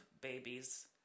babies